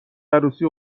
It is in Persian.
عروسی